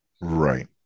Right